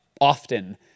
often